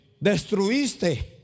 Destruiste